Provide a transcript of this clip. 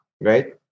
right